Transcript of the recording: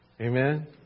Amen